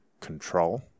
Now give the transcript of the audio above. control